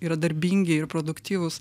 yra darbingi ir produktyvūs